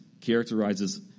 characterizes